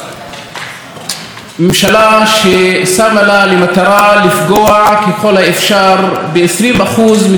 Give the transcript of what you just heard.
ממשלה ששמה לה למטרה לפגוע ככל האפשר ב-20% מתושבי המדינה,